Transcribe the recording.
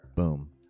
Boom